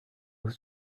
was